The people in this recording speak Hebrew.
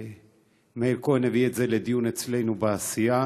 מאיר כהן הביא את זה לדיון אצלנו בסיעה